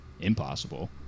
impossible